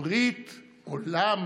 ברית עולם